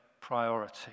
priority